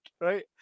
right